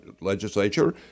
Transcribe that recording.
legislature